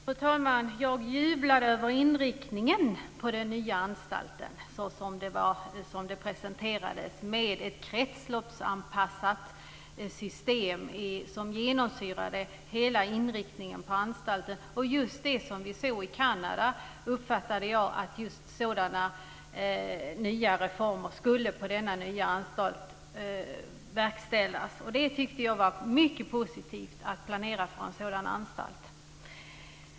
Fru talman! Jag jublade över inriktningen på den nya anstalten, såsom det presenterades, med ett kretsloppsanpassat system. Det genomsyrade hela inriktningen på anstalten. Jag uppfattade att nya reformer skulle verkställas på denna nya anstalt av just det slag som vi såg i Kanada. Jag tyckte att det var mycket positivt att planera för en sådan anstalt.